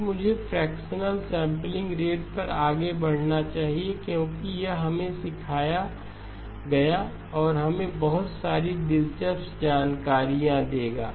फिर मुझे fractional sampling rate पर आगे बढ़ना चाहिए क्योंकि यह हमें सिखाएगा और हमें बहुत सारी दिलचस्प जानकारियां देगा